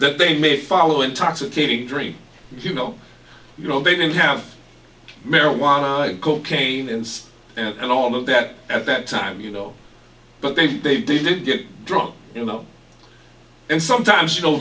that they may follow intoxicating dream you know you know they didn't have marijuana and cocaine and all of that at that time you know but they they didn't get drunk you know and sometimes you know